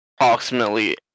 approximately